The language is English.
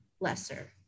lesser